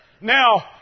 now